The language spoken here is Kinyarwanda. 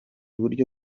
buryo